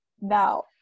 now